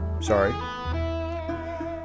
Sorry